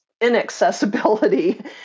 inaccessibility